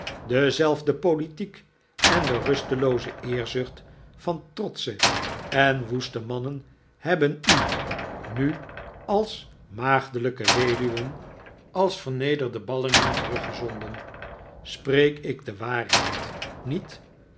dezelfde politiek en de rustelooze eerzucht van trotsche en woeste mannen hebben u nu als maagdelijke weduwen als vernederde ballingen teruggezonden spreek ik de waarheid niet